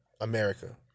America